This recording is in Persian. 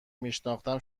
میشناختم